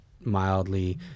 mildly